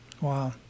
Wow